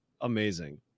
Amazing